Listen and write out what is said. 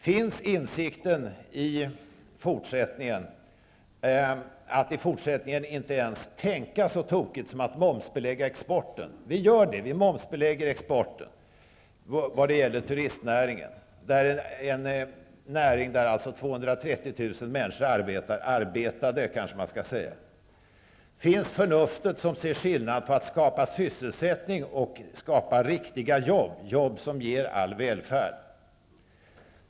Finns insikten att i fortsättningen inte ens tänka så tokigt som att momsbelägga exporten? Vi gör ju det. Vi momsbelägger exporten vad gäller turistnäringen. Det är en näring där 230 000 människor arbetar, man skall kanske säga arbetade. Finns det förnuft som ser skillnad på att skapa sysselsättning och att skapa riktiga jobb? Jobb som ger all välfärd.